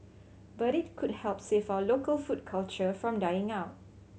but it could help save our local food culture from dying out